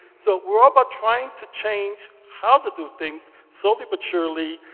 so we're all about trying to change how to do things slowly but surely.